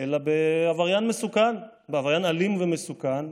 אלא בעבריין מסוכן, בעבריין אלים ומסוכן.